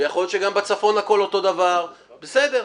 יכול להיות שגם בצפון הכול אותו דבר, בסדר.